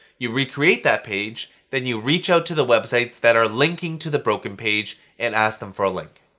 you recreate that page, then you reach out to the websites that are linking to the broken page and ask them for a link.